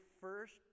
first